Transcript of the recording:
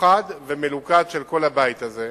מאוחד ומלוכד של כל הבית הזה.